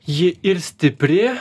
ji ir stipri